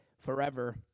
forever